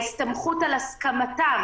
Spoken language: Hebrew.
ההסתמכות על הסכמתם